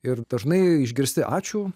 ir dažnai išgirsti ačiū